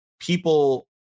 people